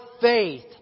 faith